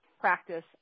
Practice